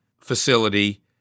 facility